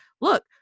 look